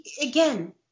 Again